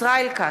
ישראל כץ,